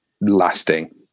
lasting